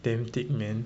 damn thick man